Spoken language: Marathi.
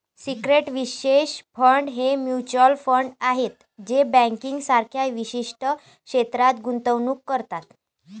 सेक्टर विशिष्ट फंड हे म्युच्युअल फंड आहेत जे बँकिंग सारख्या विशिष्ट क्षेत्रात गुंतवणूक करतात